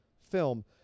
film